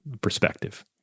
perspective